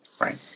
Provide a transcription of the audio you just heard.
Right